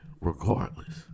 regardless